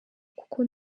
kuko